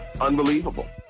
Unbelievable